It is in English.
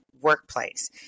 workplace